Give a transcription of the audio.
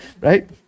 right